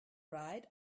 ride